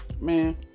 man